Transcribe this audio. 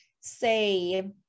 say